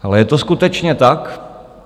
Ale je to skutečně tak?